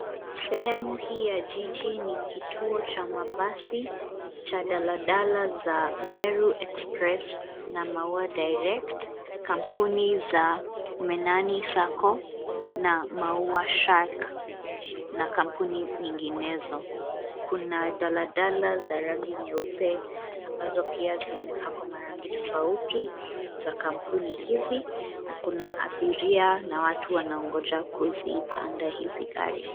Sehemu hii ya jiji ni kituo cha mabasi cha daladala za Meru Express na Maua Direct, kampuni za Menany Sacco na Maua Shark, na kampuni nyinginezo. Kuna daladala za rangi nyeupe, ambazo pia zimepakwa marangi tofauti za kampuni hizi, na kuna abiria na watu wanaongoja kuzipanda hizi gari.